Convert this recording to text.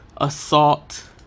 assault